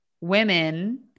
women